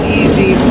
easy